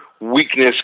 weakness